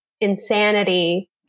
insanity